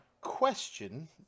Question